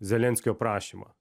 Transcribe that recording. zelenskio prašymą